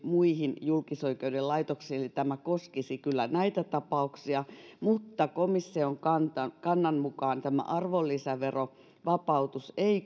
muihin julkisoikeuden laitoksiin eli tämä koskisi kyllä näitä tapauksia mutta komission kannan mukaan tämä arvonlisäverovapautus ei